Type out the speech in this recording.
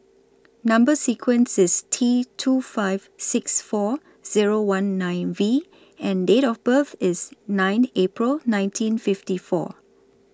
Number sequence IS T two five six four Zero one nine V and Date of birth IS nine April nineteen fifty four